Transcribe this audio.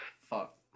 Fuck